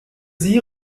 sie